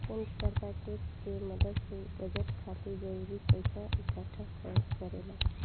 केंद्र सरकार टैक्स के मदद से बजट खातिर जरूरी पइसा इक्कठा करेले